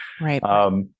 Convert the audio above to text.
Right